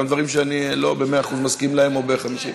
גם דברים שאני לא ב-100% מסכים להם, או ב-50%.